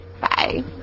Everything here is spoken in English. Bye